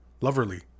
Loverly